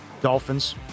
Dolphins